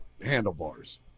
handlebars